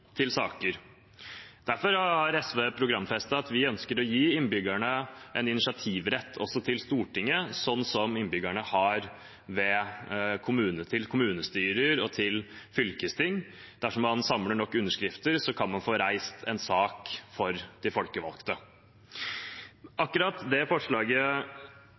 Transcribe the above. Derfor har SV programfestet at vi ønsker å gi innbyggerne en initiativrett til Stortinget, slik de har til kommunestyre og fylkesting – dersom man samler nok underskrifter, kan man få reist en sak for de folkevalgte. Akkurat